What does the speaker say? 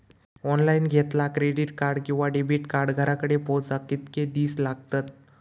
Online घेतला credit card किंवा debit card घराकडे पोचाक कितके दिस लागतत?